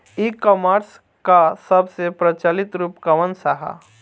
E commerce क सबसे प्रचलित रूप कवन सा ह?